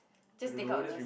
just take out the